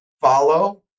follow